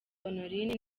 honorine